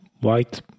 white